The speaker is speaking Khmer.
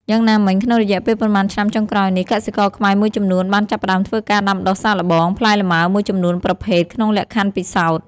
យ៉ាងណាមិញ ក្នុងរយៈពេលប៉ុន្មានឆ្នាំចុងក្រោយនេះ កសិករខ្មែរមួយចំនួនបានចាប់ផ្តើមធ្វើការ ដាំដុះសាកល្បង ផ្លែលម៉ើមួយចំនួនប្រភេទក្នុងលក្ខខណ្ឌពិសោធន៍។